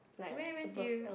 where when did you